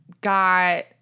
got